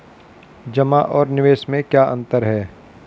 जमा और निवेश में क्या अंतर है?